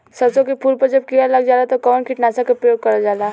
सरसो के फूल पर जब किड़ा लग जाला त कवन कीटनाशक क प्रयोग करल जाला?